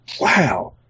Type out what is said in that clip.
wow